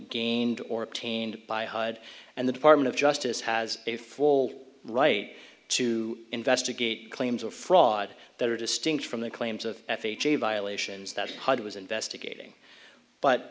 gained or obtained by hyde and the department of justice has a full right to investigate claims of fraud that are distinct from the claims of f h a violations that hud was investigating but